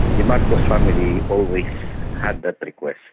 the marcos family always had that request,